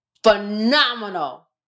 Phenomenal